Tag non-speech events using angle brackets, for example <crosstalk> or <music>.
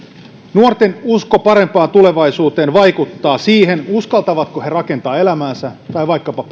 nuorten usko parempaan tulevaisuuteen vaikuttaa siihen uskaltavatko he rakentaa elämäänsä tai vaikkapa <unintelligible>